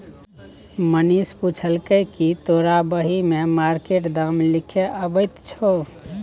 मनीष पुछलकै कि तोरा बही मे मार्केट दाम लिखे अबैत छौ